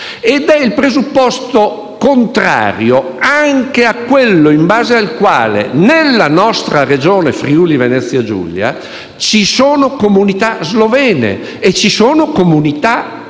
ed è un presupposto contrario anche a quello in base al quale nella nostra Regione Friuli-Venezia Giulia ci sono comunità slovene e comunità nazionali